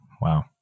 Wow